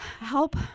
help